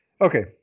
Okay